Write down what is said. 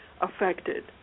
affected